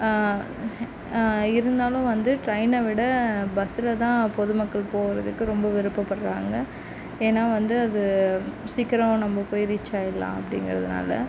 இருந்தாலும் வந்து ட்ரெயினை விட பஸ்ஸில் தான் பொதுமக்கள் போகிறதுக்கு ரொம்ப விருப்பப்படறாங்க ஏனால் வந்து அது சீக்கிரம் நம்ப போய் ரீச் ஆகிடலாம் அப்படிங்கறதுனால